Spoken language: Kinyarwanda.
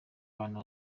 abantu